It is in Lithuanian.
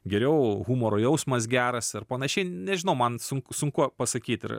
geriau humoro jausmas geras ar panašiai nežinau man sunku sunku pasakyt ir